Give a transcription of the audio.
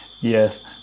Yes